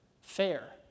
fair